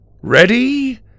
Ready